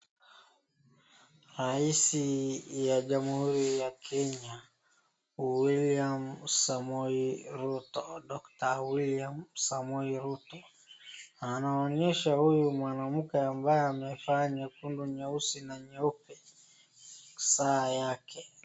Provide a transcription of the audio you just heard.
Rais wa jamhuri ya kenya William Samoei Ruto, Doctor William Samoei Ruto, anamwonyesha huyu mwanamke ambaye amevaa nyekundu, nyeusi na nyeupe saa yake.